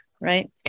right